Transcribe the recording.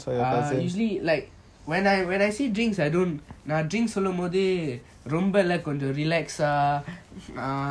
usually like when I I say drinks I don't drink சொல்லும்போது ரொம்பல கொஞ்சம்:solumbothu rombala konjam relax ah